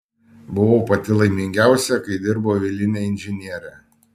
buvau pati laimingiausia kai dirbau eiline inžiniere